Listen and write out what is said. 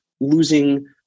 losing